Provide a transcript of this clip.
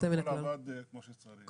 הכול עבד כמו שצריך.